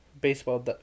baseball